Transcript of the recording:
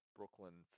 Brooklyn